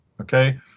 Okay